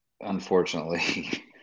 unfortunately